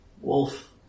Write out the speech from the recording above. Wolf